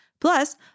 Plus